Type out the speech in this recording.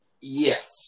Yes